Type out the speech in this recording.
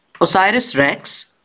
OSIRIS-REx